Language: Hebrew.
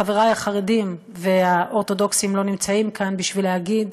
חברי החרדים והאורתודוקסים לא נמצאים כאן בשביל להגיד: